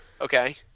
Okay